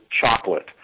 chocolate